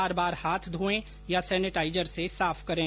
बार बार हाथ धोएं या सेनेटाइजर से साफ करें